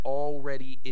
already